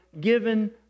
given